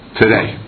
today